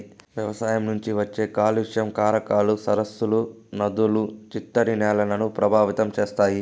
వ్యవసాయం నుంచి వచ్చే కాలుష్య కారకాలు సరస్సులు, నదులు, చిత్తడి నేలలను ప్రభావితం చేస్తాయి